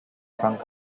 front